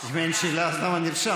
אם אין שאלה אז למה נרשמת?